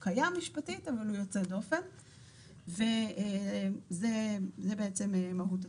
הוא קיים משפטית אבל הוא יוצא דופן וזו בעצם מהות התיקון.